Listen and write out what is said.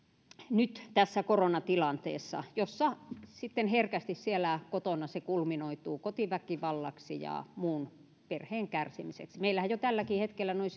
nyt tässä koronatilanteessa jossa sitten herkästi siellä kotona se kulminoituu kotiväkivallaksi ja muun perheen kärsimiseksi meillähän jo tälläkin hetkellä noin